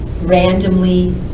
randomly